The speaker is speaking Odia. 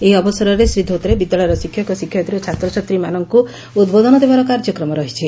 ଏହି ଅବସରରେ ଶ୍ରୀ ଧୋତ୍ରେ ବିଦ୍ୟାଳୟର ଶିକ୍ଷକ ଶିକ୍ଷୟିତ୍ରୀ ଓ ଛାତ୍ରଛାତ୍ରୀମାନଙ୍କୁ ଉଦ୍ବୋଧନ ଦେବାର କାର୍ଯ୍ୟକ୍ରମ ରହିଛି